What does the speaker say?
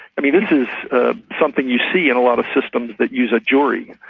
i mean, this is something you see in a lot of systems that use a jury,